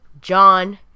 John